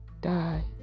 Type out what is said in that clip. die